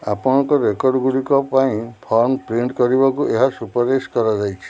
ଆପଣଙ୍କ ରେକର୍ଡ଼ଗୁଡ଼ିକ ପାଇଁ ଫର୍ମ ପ୍ରିଣ୍ଟ୍ କରିବାକୁ ଏହା ସୁପାରିଶ କରାଯାଇଛି